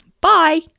Bye